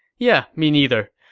yeah, me neither,